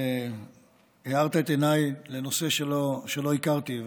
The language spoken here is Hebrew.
הארת את עיניי לנושא שלא הכרתי,